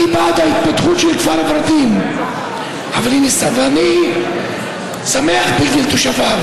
אני בעד ההתפתחות של כפר ורדים ואני שמח בשביל תושביו,